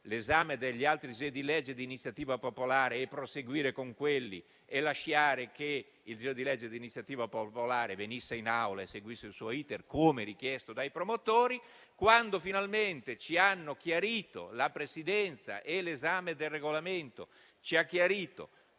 l'esame degli altri disegni di legge di iniziativa parlamentare, proseguire con quelli e lasciare che il disegno di legge di iniziativa popolare venisse in Aula e seguisse il suo *iter*, come richiesto dai promotori. Quando finalmente la Presidenza e l'esame del Regolamento ci hanno chiarito